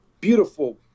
beautiful